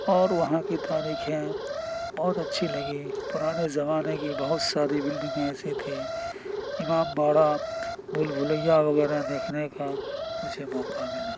اور وہاں کی تاریخیں بہت اچھی لگیں پرانے زمانے کی بہت ساری بلڈنگیں ایسی تھیں امام باڑہ بھول بھلیا وغیرہ دیکھنے کا مجھے موقع ملا